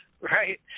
Right